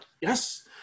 yes